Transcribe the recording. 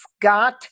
Scott